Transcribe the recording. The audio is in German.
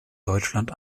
deutschland